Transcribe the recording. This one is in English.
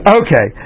okay